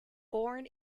born